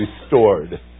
restored